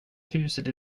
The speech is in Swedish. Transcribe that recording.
huset